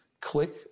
click